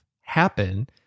happen